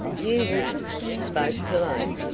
you wouldn't! spoke cologne.